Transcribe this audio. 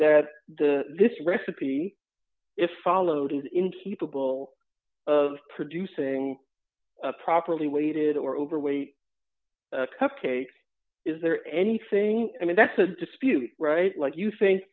that the this recipe is followed in people of producing a properly weighted or overweight cupcakes is there anything i mean that's a dispute right like you think